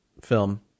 film